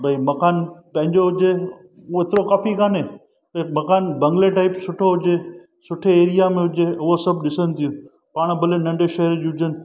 भई मकानु पंहिंजो हुजे ओतिरो काफ़ी काने मकानु बंगले टाइप सुठो हुजे सुठे एरिआ में हुजे उहो सभु ॾिसनि थियूं पाणि भले नंढे शहर जूं हुजनि